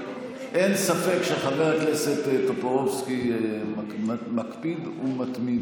אין ספק שחבר הכנסת טופורובסקי מקפיד ומתמיד